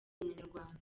umunyarwanda